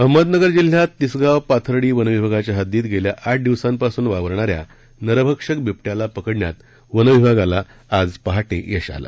अहमदनगर जिल्ह्यात तिसगाव पाथर्डी वन विभागाच्या हद्दीत गेल्या आठ दिवसांपासून वावरणाऱ्या नरभक्षक बिब ्विाला पकडण्यात वन विभागाला आज पहा ध्यश आलं